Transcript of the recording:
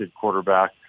quarterback